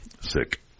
Sick